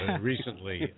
Recently